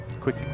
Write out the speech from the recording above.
quick